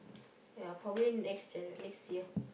ya probably next next year